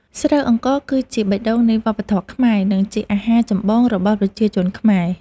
ស្រូវអង្ករគឺជាបេះដូងនៃវប្បធម៌ខ្មែរ និងជាអាហារចម្បងរបស់ប្រជាជនខ្មែរ។